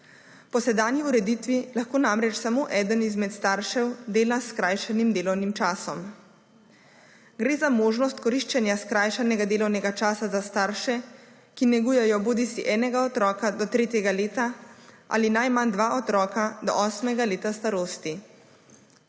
Po sedanji ureditvi lahko namreč samo eden izmed staršev dela s skrajšanim delovnim časom. Gre za možnost koriščenja skrajšanega delovnega časa za starše, ki negujejo bodisi enega otroka do tretjega leta ali najmanj dva otroka do osmega leta starosti.